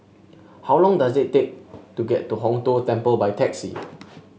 how long does it take to get to Hong Tho Temple by taxi